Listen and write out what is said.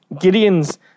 Gideon's